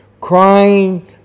crying